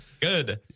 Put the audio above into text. good